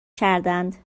کردند